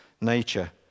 nature